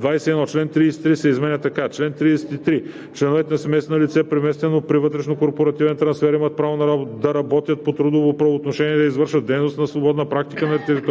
21. Член 33 се изменя така: „Чл. 33. Членовете на семейството на лице, преместено при вътрешнокорпоративен трансфер, имат право да работят по трудово правоотношение и да извършват дейност на свободна практика на територията